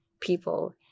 people